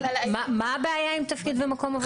אבל מה הבעיה עם תפקיד ומקום עבודה?